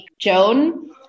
Joan